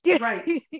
Right